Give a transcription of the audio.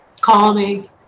Calming